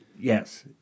Yes